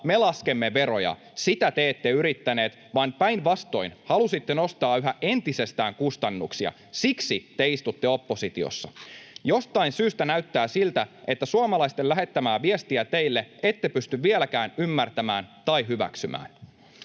Me laskemme veroja. Sitä te ette yrittäneet, vaan päinvastoin halusitte nostaa yhä entisestään kustannuksia. Siksi te istutte oppositiossa. Jostain syystä näyttää siltä, että suomalaisten lähettämää viestiä teille ette pysty vieläkään ymmärtämään tai hyväksymään.